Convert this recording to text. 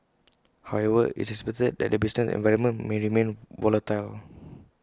however it's expected that the business environment may remain volatile